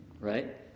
Right